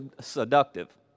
seductive